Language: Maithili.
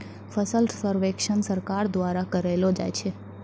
फसल सर्वेक्षण सरकार द्वारा करैलो जाय छै